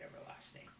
everlasting